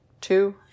two